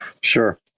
Sure